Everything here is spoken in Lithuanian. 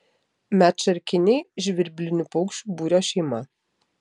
medšarkiniai žvirblinių paukščių būrio šeima